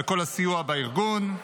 על כל הסיוע והארגון.